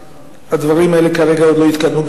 הדברים האלה כרגע עוד לא התקדמו,